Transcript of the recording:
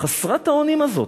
חסרת האונים הזאת,